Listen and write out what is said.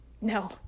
No